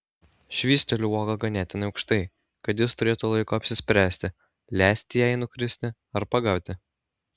švysteliu uogą ganėtinai aukštai kad jis turėtų laiko apsispręsti leisti jai nukristi ar pagauti